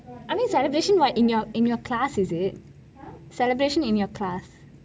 celebration in your in your class is it celebration in your class